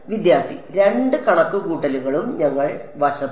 വിദ്യാർത്ഥി രണ്ട് കണക്കുകൂട്ടലുകളും ഞങ്ങൾ വശത്ത്